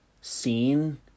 scene